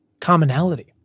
commonality